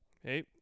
hey